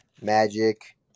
Magic